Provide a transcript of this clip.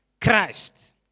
Christ